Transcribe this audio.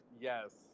yes